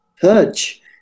touch